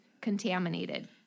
contaminated